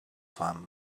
fam